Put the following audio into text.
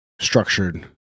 structured